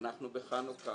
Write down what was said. בחנוכה